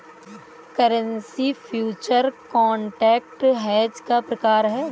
currency future contract hedge का प्रकार है